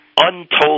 untold